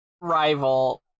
rival